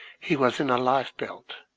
he was in a lifebelt.